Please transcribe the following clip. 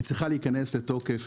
היא צריכה להיכנס לתוקף,